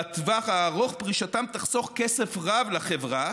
בטווח הארוך, פרישתם תחסוך כסף רב לחברה